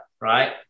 Right